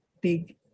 big